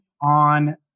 on